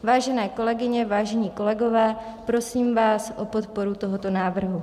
Vážené kolegyně, vážení kolegové, prosím vás o podporu tohoto návrhu.